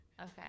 Okay